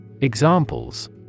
Examples